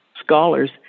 scholars